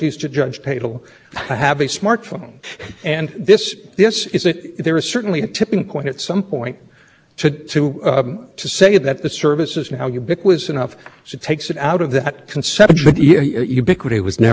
traditional form was which was you could communicate with virtually everybody well and with mobile broadband internet access you can communicate just like you used to be able to and you still are with the old phone service with everybody in the country and that's the function that's the